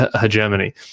hegemony